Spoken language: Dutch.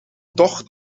tocht